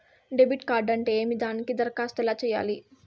debit card అంటే ఏమి దానికి దరఖాస్తు ఎలా సేయాలి